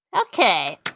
Okay